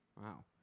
Wow